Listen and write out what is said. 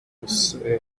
guseba